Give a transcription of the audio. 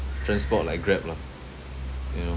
transport like Grab lah you know